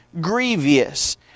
grievous